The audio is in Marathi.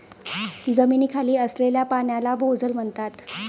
जमिनीखाली असलेल्या पाण्याला भोजल म्हणतात